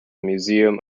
museum